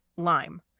lime